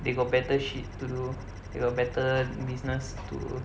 they got better shit to do they got better business to